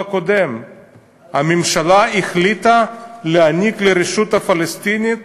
הממשלה החליטה להעניק לרשות הפלסטינית